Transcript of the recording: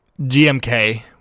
GMK